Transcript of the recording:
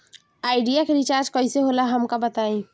Idea के recharge कईसे होला हमका बताई?